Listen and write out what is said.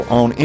on